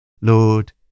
Lord